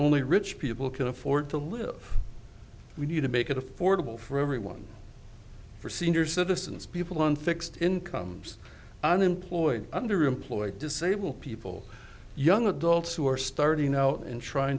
only rich people can afford to live we need to make it affordable for everyone for senior citizens people on fixed incomes unemployed underemployed disabled people young adults who are starting out in trying